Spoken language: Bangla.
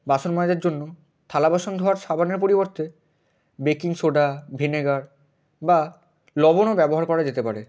বাসন মাজার জন্য থালা বাসন ধোয়ার সাবানের পরিবর্তে বেকিং সোডা ভিনেগার বা লবণও ব্যবহার করা যেতে পারে